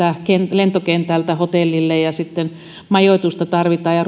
lentokentältä hotellille ja sitten tarvitaan majoitusta ja